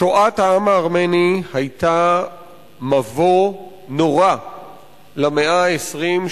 שואת העם הארמני היתה מבוא נורא למאה ה-20,